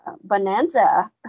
bonanza